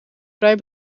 vrij